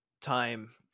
time